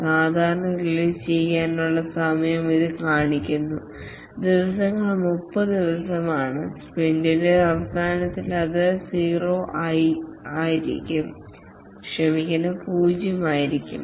സാധാരണ റിലീസ് ചെയ്യാനുള്ള സമയം ഇത് കാണിക്കുന്നു ദിവസങ്ങൾ 30 ദിവസമാണ് സ്പ്രിന്റിന്റെ അവസാനത്തിൽ അത് 0 ആയിരിക്കണം